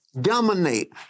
Dominate